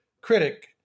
critic